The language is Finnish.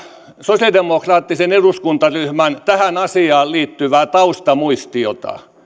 sosialidemokraattisen eduskuntaryhmän tähän asiaan liittyvää taustamuistiota